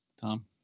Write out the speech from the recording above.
Tom